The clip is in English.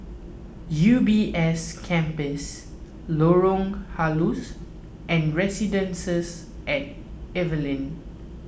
U B S Campus Lorong Halus and Residences at Evelyn